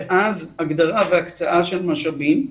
ואז הגדרה והקצאה של משאבים,